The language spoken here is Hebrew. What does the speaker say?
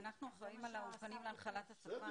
אנחנו אחראים על האולפנים להנחלת השפה,